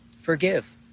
Forgive